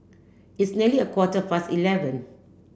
its nearly a quarter past eleven